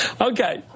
okay